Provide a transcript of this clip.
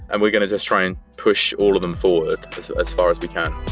and we're going to just try and push all of them forward as far as we can.